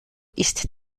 ist